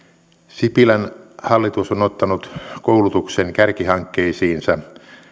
sipilän hallitus on ottanut koulutuksen kärkihankkeisiinsa